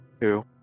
Two